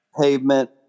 pavement